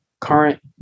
current